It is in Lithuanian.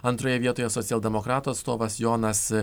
antroje vietoje socialdemokratų atstovas jonas